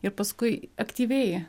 ir paskui aktyviai